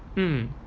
mm